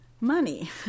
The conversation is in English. money